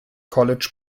college